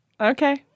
Okay